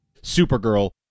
supergirl